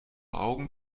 augen